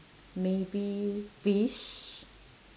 maybe fish